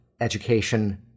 education